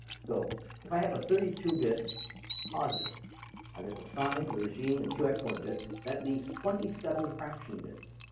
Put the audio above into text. so if i have a thirty two bit posit i've got the sign, the regime, and two exponent bits that leaves twenty seven fraction bits.